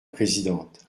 présidente